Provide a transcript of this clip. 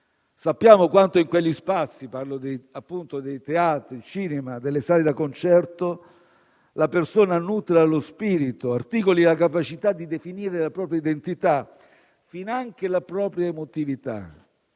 Sappiamo quanto in quegli spazi - parlo, appunto, dei teatri, dei cinema e delle sale da concerto - la persona nutra lo spirito e articoli la capacità di definire la propria identità, finanche la propria emotività.